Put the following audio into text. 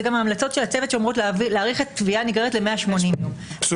זה גם ההמלצות של הצוות שאמורות להאריך את תביעה נגררת ל-180 -- מצוין.